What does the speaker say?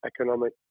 economic